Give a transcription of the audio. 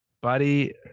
buddy